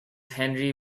henry